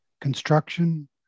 construction